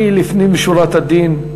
אני, לפנים משורת הדין,